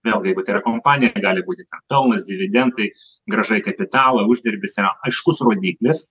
vėlgi jeigu tai yra kompanija tai gali būti ten pelnas dividendai grąža į kapitalą uždarbis yra aiškus rodiklis